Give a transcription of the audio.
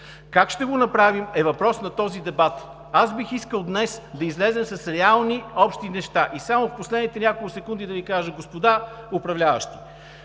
Как ще го направим, е въпрос на този дебат. Аз бих искал днес да излезем с реални общи неща. И само в последните няколко секунди да Ви кажа: господа управляващи,